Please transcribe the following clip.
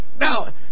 Now